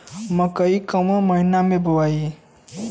मकई कवना महीना मे बोआइ?